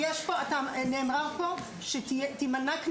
נכון ועדיין